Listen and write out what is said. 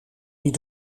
die